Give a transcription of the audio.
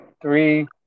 Three